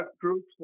groups